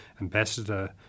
ambassador